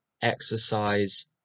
exercise